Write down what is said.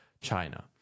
China